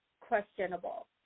questionable